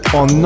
on